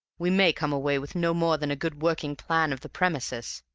we may come away with no more than a good working plan of the premises.